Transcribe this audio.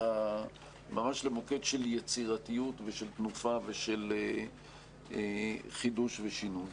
אלא ממש למוקד של יצירתיות ושל תנופה ושל חידוש ושינוי.